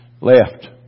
Left